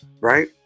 Right